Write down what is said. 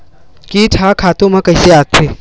कीट ह खातु म कइसे आथे?